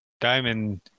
Diamond